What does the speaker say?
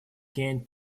gained